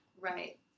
right